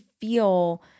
feel